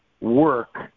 work